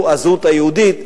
הוא הזהות היהודית,